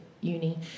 uni